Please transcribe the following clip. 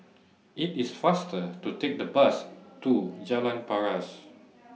IT IS faster to Take The Bus to Jalan Paras